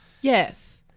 Yes